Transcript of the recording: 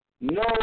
No